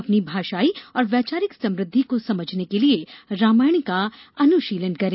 अपनी भाषाई और वैचारिक समृद्धि को समझने के लिए रामायण का अनुशीलन करें